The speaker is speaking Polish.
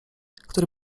który